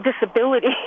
disability